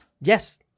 Yes